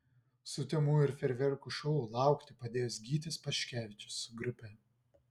sutemų ir fejerverkų šou laukti padės gytis paškevičius su grupe